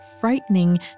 frightening